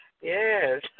yes